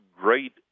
great